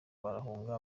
barahunga